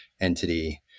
entity